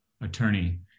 attorney